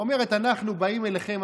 אומרת: אנחנו באים אליכם,